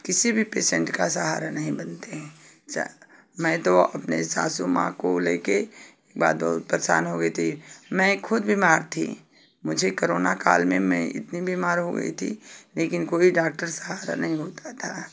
किसी भी पेसेंट का सहारा नहीं बनते हैं चा मैं तो अपने सासु माँ को ले कर बादौर परेशान हो गई थी मैं ख़ुद बीमार थी मुझे करोना काल में मैं इतनी बीमार हो गई थी लेकिन कोई डाक्टर सहारा नहीं होता था